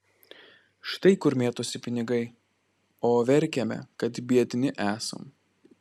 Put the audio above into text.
štai kur mėtosi pinigai o verkiame kad biedni esam